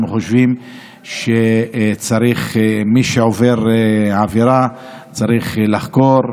אנחנו חושבים שמי שעובר עבירה צריך לחקור,